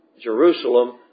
Jerusalem